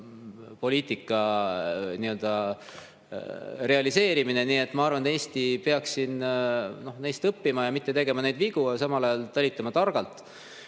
Nii et ma arvan, et Eesti peaks siin neist õppima ja mitte tegema neid vigu, samal ajal talitama targalt.